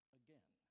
again